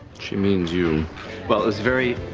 she means you. well, it was very,